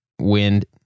wind